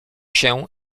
się